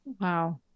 Wow